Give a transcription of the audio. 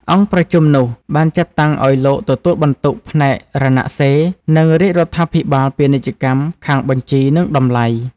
អង្គប្រជុំនោះ បានចាត់តាំងឱ្យលោកទទួលបន្ទុកផ្នែករណសិរ្ស និងរាជរដ្ឋាភិបាលពាណិជ្ជកម្មខាងបញ្ជី និងតម្លៃ ។